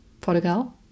Portugal